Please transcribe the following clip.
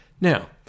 Now